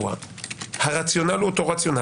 באירוע הרציונל הוא אותו רציונל,